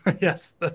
Yes